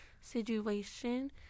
situation